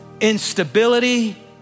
instability